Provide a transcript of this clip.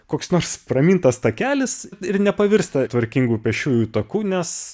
koks nors pramintas takelis ir nepavirsta tvarkingų pėsčiųjų taku nes